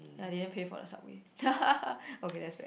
and I didn't pay for the subway okay that's bad